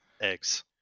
eggs